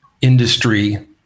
industry